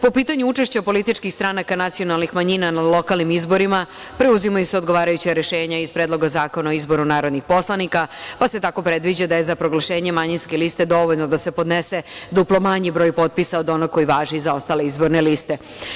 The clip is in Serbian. Po pitanju učešće političkih stranaka nacionalnih manjina na lokalnim izborima preuzimaju se odgovarajuća rešenja iz Predloga zakona o izboru narodnih poslanika pa se tako predviđa da je za proglašenje manjinske liste dovoljno da se podnese duplo manji broj potpisa od onoga koji važi za ostale izborne liste.